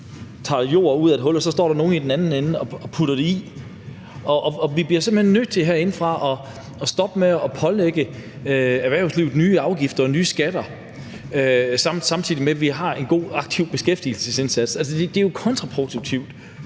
og så står der nogle i den anden ende og putter det i. Vi bliver simpelt hen nødt til herindefra at stoppe med at pålægge erhvervslivet nye afgifter og nye skatter, samtidig med at vi har en god aktiv beskæftigelsesindsats. Det er jo kontraproduktivt.